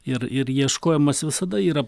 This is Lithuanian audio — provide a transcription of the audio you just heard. ir ir ieškojimas visada yra